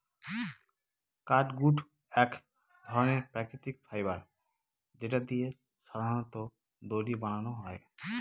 catgut এক ধরনের প্রাকৃতিক ফাইবার যেটা দিয়ে সাধারনত দড়ি বানানো হয়